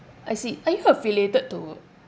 I see are you affiliated to